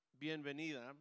Bienvenida